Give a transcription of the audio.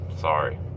Sorry